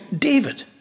David